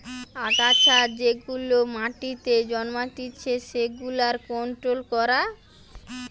আগাছা যেগুলা মাটিতে জন্মাতিচে সেগুলার কন্ট্রোল করা